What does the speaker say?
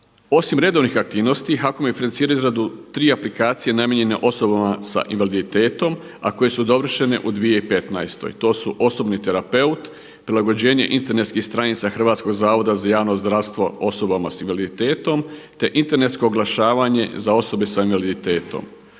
Osim redovnih aktivnosti HAKOM je financirao izradu tri aplikacije namijenjene osobama sa invaliditetom a koje su dovršene u 2015. To su osobni terapeut, prilagođenje internetskih stranica Hrvatskog zavoda za javno zdravstvo osobama s invaliditetom, te internetsko oglašavanje za osobe s invaliditetom.